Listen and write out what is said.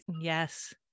yes